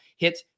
hit